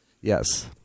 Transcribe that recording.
yes